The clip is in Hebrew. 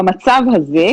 במצב הזה,